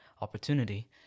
opportunity